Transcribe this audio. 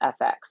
FX